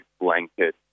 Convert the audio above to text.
blanket